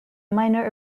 minor